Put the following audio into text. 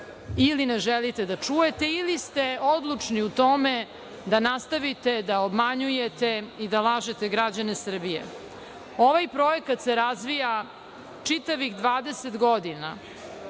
ili ne želite da čujete ili ste odlučni u tome da nastavite da obmanjujete i da lažete građane Srbije. Ovaj projekat se razvija čitavih dvadeset